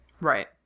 Right